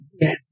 Yes